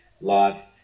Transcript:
life